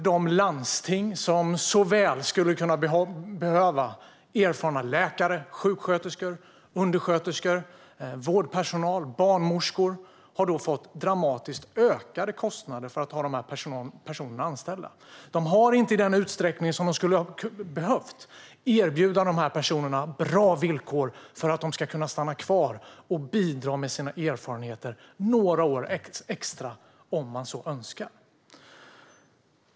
De landsting som så väl skulle kunna behöva erfarna läkare, sjuksköterskor, undersköterskor, vårdpersonal och barnmorskor har fått dramatiskt ökade kostnader för att ha de personerna anställda. De har inte i den utsträckning som de hade behövt kunnat erbjuda de personerna bra villkor för att de ska kunna stanna kvar och bidra med sina erfarenheter några år extra om de så önskar.